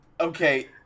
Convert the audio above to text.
Okay